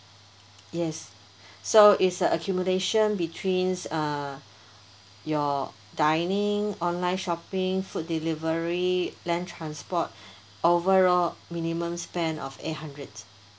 yes so is a accumulation betweens uh your dining online shopping food delivery land transport overall minimum spend of eight hundreds